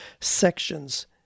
sections